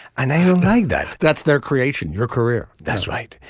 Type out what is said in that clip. and i don't like that. that's their creation. your career. that's right.